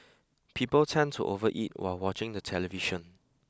people tend to overeat while watching the television